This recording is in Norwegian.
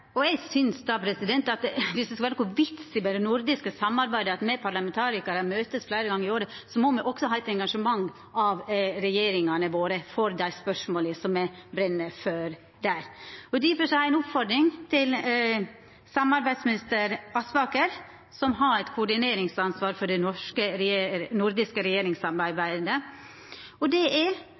det. Eg synest, dersom det skal vera noko vits i det nordiske samarbeidet, at me parlamentarikarar som møtest fleire gonger i året, må oppleva eit engasjement hos regjeringane våre for dei spørsmåla som me brenn for der. Difor har eg ei oppmoding til samarbeidsminister Aspaker, som har eit koordineringsansvar for det nordiske regjeringssamarbeidet: Nordiske parlamentarikarar er veldig interesserte i å få dei nordiske samferdselsministrane – særleg den norske, den svenske og